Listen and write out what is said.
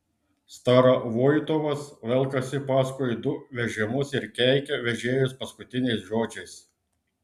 starovoitovas velkasi paskui du vežimus ir keikia vežėjus paskutiniais žodžiais